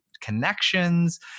connections